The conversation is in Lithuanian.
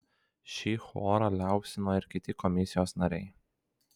šį chorą liaupsino ir kiti komisijos nariai